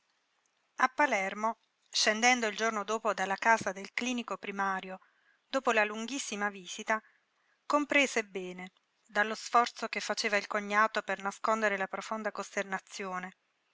a palermo scendendo il giorno dopo dalla casa del clinico primario dopo la lunghissima visita comprese bene dallo forzo che faceva il cognato per nascondere la profonda costernazione